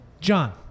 John